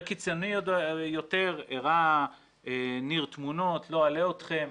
וקיצוני יותר הראה ניר, לא אלאה אתכם,